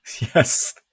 Yes